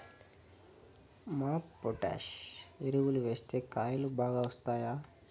MOP potash ఎరువులు వేస్తే కాయలు బాగా వస్తాయా?